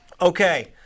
Okay